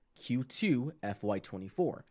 Q2-FY24